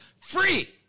free